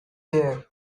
there